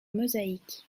mosaïque